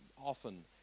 often